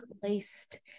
placed